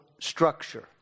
structure